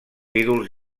ídols